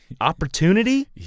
opportunity